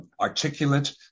articulate